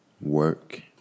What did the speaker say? work